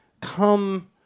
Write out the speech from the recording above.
come